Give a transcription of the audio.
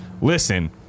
listen